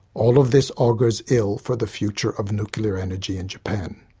all of this augurs ill for the future of nuclear energy in japan.